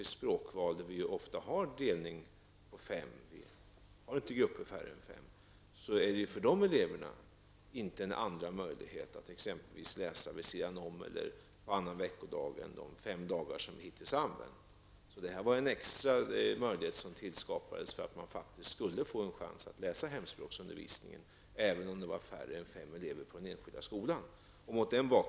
För andra ämnen där vi har delningstalet fem, t.ex. vissa språk, ger vi för dessa elever inte en andra möjlighet att läsa sitt ämne efter den ordinarie arbetsdagen slut eller på en annan veckodag. Detta är alltså en extra möjlighet som har tillskapats för att ge möjlighet till hemspråksundervisning, även om det är mindre än fem elever på den enskilda skolenheten.